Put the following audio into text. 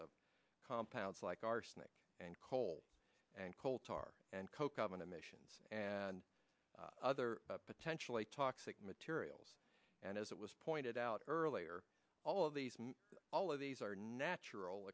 of compounds like arsenic and coal and coal tar and coke oven emissions and other potentially toxic materials and as it was pointed out earlier all of these all of these are natural